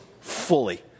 fully